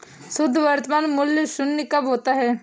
शुद्ध वर्तमान मूल्य शून्य कब होता है?